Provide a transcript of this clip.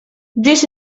this